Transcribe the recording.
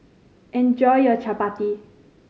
enjoy your chappati